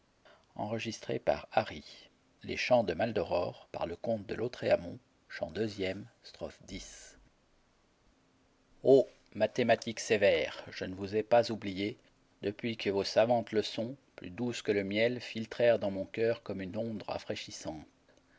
o mathématiques sévères je ne vous ai pas oubliées depuis que vos savantes leçons plus douces que le miel filtrèrent dans mon coeur comme une onde rafraîchissante